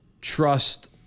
trust